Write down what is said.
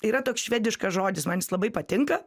yra toks švediškas žodis man jis labai patinka